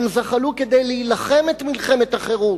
הם זחלו כדי להילחם את מלחמת החירות.